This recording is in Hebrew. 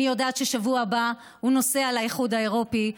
אני יודעת שבשבוע הבא הוא נוסע לאיחוד האירופי,